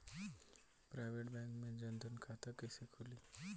Private bank मे जन धन खाता कैसे खुली?